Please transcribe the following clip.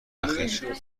اخیر